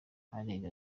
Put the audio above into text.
asaga